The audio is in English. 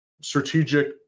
strategic